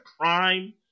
crime